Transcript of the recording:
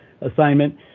assignment